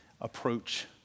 approach